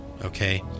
Okay